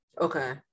Okay